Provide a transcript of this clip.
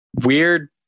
Weird